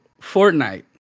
Fortnite